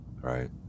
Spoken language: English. right